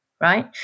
right